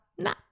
nah